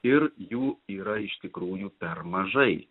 ir jų yra iš tikrųjų per mažai